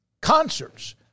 concerts